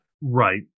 Right